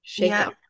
shakeup